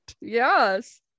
Yes